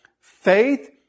Faith